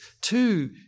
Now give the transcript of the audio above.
two